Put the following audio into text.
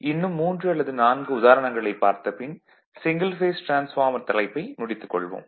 இன்னும் 3 அல்லது 4 உதாரணங்களைப் பார்த்தபின் சிங்கிள் பேஸ் டிரான்ஸ்பார்மர் தலைப்பை முடித்துக் கொள்வோம்